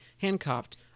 handcuffed